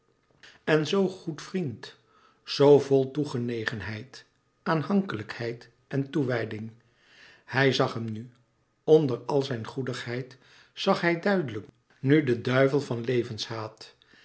en zoo goed vriend vol toegenegenheid aanhankelijkheid en toewijding hij zag hem nu onder al zijn goedigheid zag hij duidelijk nu den duivel van levenshaat